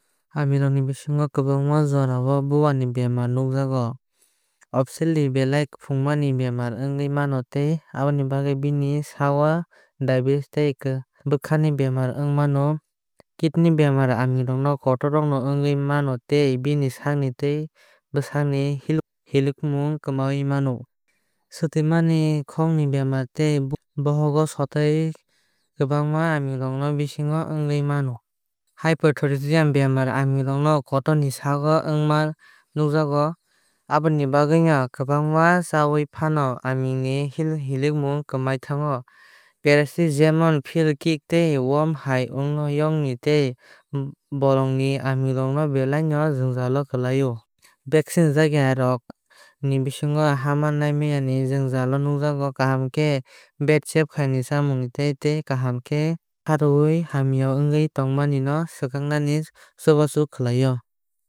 Aaming rok ni bisingo kwbangma jorao no bowani bemar nukjago. Obesity ba belai fungmani bemar wngui mano tei aboni bagwi bini saag o diabetes tei bwkhani bemar wngwi mano. Kidney bemar aaming kotor rok no wngwi mano tei bini saakni twi tei bwsakni hilikmung kwmawi mano. Swtuimani khokni bemar tei bohogo sotaai kwbangma aaming rok ni bisingo ongma nwkjaago. Hyperthyroidism bemar aaming kotor rok ni saago ongma nwjakgo. Aboni bagwino kwbang chawui fano aaming ni hilikmung kwmawi thango. Parasites jemon fleas ticks tei worms hai yong nokni tei bolongni aaming rok no bellai no jwngjaalo khwklaio. Vaccine rwjaakya aaming rok ni bisingo haamaa naai maayaa ni jwngjaal nwkjaago. Kaham khe Vet check-up tei chamung chamani tei twi kaham khe khaaruikhe o hamya wngwi tongmani no swkaknani chubachu khlaio.